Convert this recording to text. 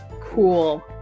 Cool